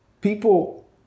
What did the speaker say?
people